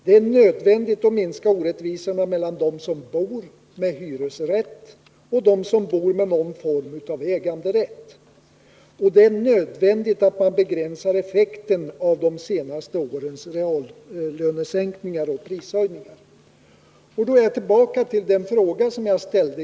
Det är också nödvändigt för att minska orättvisorna mellan dem som bor med hyresrätt och dem som bor med någon form av äganderätt. Det är dessutom nödvändigt för att begränsa effekterna av de senaste årens reallönesänkningar och prishöjningar. Då är jag tillbaka till den fråga som jag tidigare ställde.